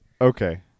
Okay